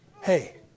hey